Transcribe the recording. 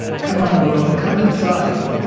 come on, world. come inside.